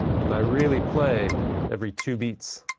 can i really play every two beats